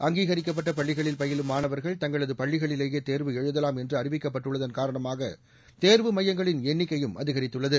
அங்கீகரிக்கப்பட்ட பள்ளிகளில் பயிலும் மாணவர்கள் தங்களது பள்ளிகளிலலேயே தேர்வு எழுதலாம் என்று அறிவிக்கப்பட்டுள்ளதன் காரணமாக தேர்வு மையங்களின் எண்ணிக்கையும் அதிகரித்துள்ளது